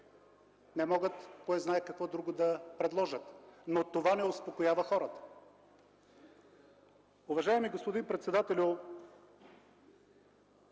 не могат кой знае какво друго да предложат. Но това не успокоява хората. Уважаеми господин председател,